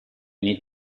need